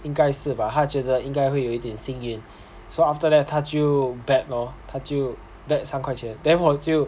应该是吧他觉得应该会有一点幸运 so after that 他就 bet lor 他就 bet 三块钱 then 我就